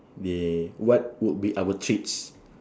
they what would be our treats